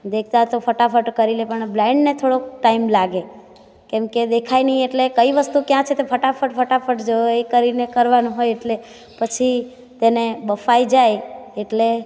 દેખતા તો ફટ ફટ કરી લે પણ બ્લાઇન થોડો ટાઈમ લાગે કેમ કે દેખાય નહીં એટલે કઈ વસ્તુ ક્યાં છે ફટાફટ ફટાફટ જોઈ કરીને કરવાનું હોય એટલે પછી તેને બફાઈ જાય એટલે